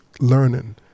learning